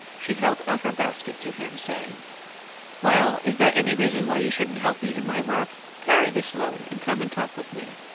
she held out her basket to him, saying well, is that any reason why you shouldn't help me in my work? carry this load, and come and talk with me.